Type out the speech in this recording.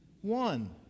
One